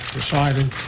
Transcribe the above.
decided